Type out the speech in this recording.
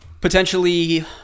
potentially